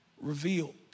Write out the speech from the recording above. revealed